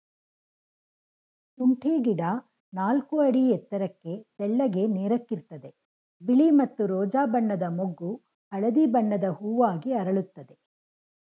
ಶುಂಠಿ ಗಿಡ ನಾಲ್ಕು ಅಡಿ ಎತ್ತರಕ್ಕೆ ತೆಳ್ಳಗೆ ನೇರಕ್ಕಿರ್ತದೆ ಬಿಳಿ ಮತ್ತು ರೋಜಾ ಬಣ್ಣದ ಮೊಗ್ಗು ಹಳದಿ ಬಣ್ಣದ ಹೂವಾಗಿ ಅರಳುತ್ತದೆ